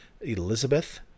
Elizabeth